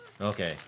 Okay